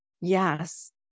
Yes